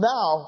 Now